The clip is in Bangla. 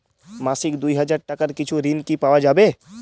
মাসিক দুই হাজার টাকার কিছু ঋণ কি পাওয়া যাবে?